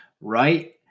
right